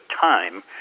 time